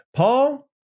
Paul